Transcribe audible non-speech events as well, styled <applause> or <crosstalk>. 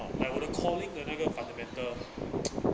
like 我的 calling 那个 fundamental <noise>